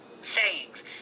sayings